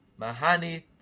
mahani